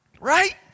Right